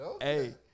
hey